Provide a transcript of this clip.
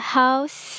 house